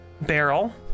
barrel